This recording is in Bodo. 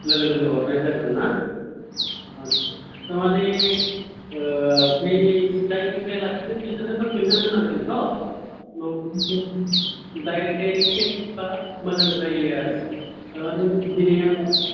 लोगो लोगोनो हरनाय जागोन ना आटसा थारमानि बै जायनिफ्राय लाखिदों बिसोरनोबो फेमेन होनांगोन थ' दायरेख दायरेख खेसबा मोजां जायो आरो थारमानि दिनै आं लाखिबाय